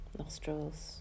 nostrils